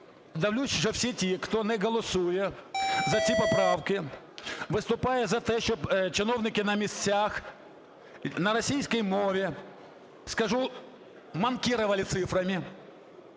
дивлюсь, що всі ті, хто не голосує за ці поправки, виступає за те, щоб чиновники на місцях, на російській мові скажу, манкировали цифрами